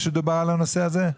כן.